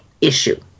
issue